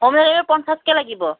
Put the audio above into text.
home delivery পঞ্চাছকৈ লাগিব